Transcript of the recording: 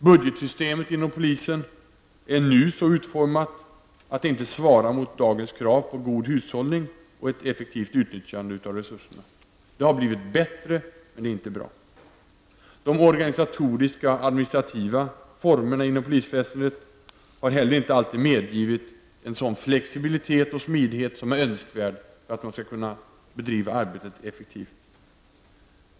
Budgetsystemet inom polisen är så utformat att det inte svarar mot dagens krav på god hushållning och ett effektivt utnyttjande av resurserna. Det har blivit bättre, men det är ändå inte bra. De organisatoriska och administrativa strukturerna inom polisväsendet har heller inte alltid medgivit en sådan flexibilitet och smidighet som är önskvärd för att man skall kunna bedriva arbetet effektivt.